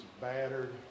battered